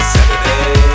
Saturday